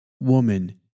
Woman